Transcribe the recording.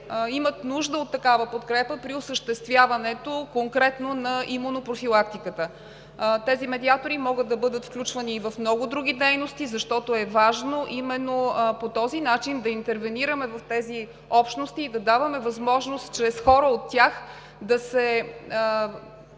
имат нужда от такава подкрепа конкретно при осъществяването на имунопрофилактиката. Тези медиатори могат да бъдат включвани и в много други дейности, защото е важно именно по този начин да интервенираме в тези общности и да даваме възможност чрез хора от тях да се